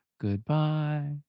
Goodbye